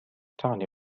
تعني